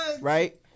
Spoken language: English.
Right